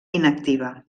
inactiva